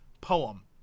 poem